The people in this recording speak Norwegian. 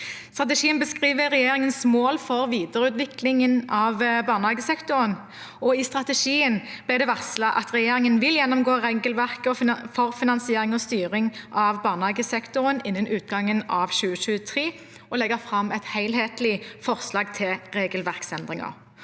Strategien beskriver regjeringens mål for videreutviklingen av barnehagesektoren, og i strategien ble det varslet at regjeringen vil gjennomgå regelverket for finansiering og styring av barnehagesektoren innen utgangen av 2023 og legge fram et helhetlig forslag til regelverksendringer.